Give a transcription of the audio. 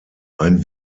ein